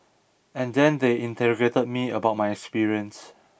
and then they interrogated me about my experience